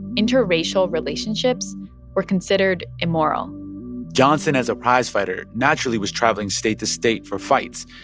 interracial relationships were considered immoral johnson, as a prizefighter, naturally was traveling state to state for fights.